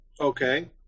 Okay